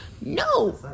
No